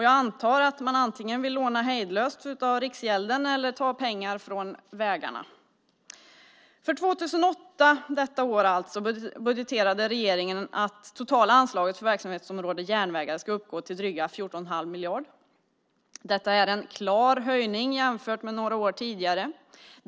Jag antar att man antingen vill låna hejdlöst av Riksgälden eller ta pengar från vägarna. För detta år, 2008, budgeterade regeringen att det totala anslaget för verksamhetsområdet Järnvägar ska uppgå till drygt 14,5 miljarder. Detta är en klar höjning jämfört med några år tidigare.